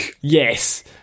Yes